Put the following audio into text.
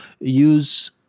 use